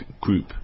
group